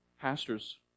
pastors